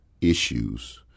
issues